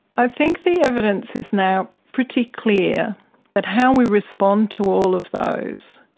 i think the evidence is now pretty clear that how we respond to all of those